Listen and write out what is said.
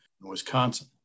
Wisconsin